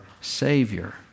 Savior